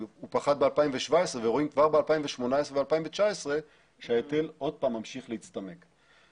הוא פחת ב-2017 ורואים כבר ב-2018 ו-2019 שההיטל עוד פעם ממשיך להצטמק.